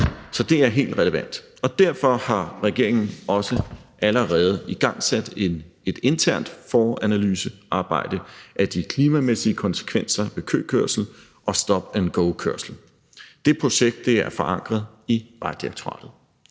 Så det er helt relevant. Derfor har regeringen også allerede igangsat et internt foranalysearbejde af de klimamæssige konsekvenser af køkørsel og stop and go-kørsel. Det projekt er forankret i Vejdirektoratet.